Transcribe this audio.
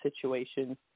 situation